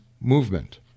movement